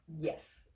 Yes